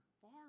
far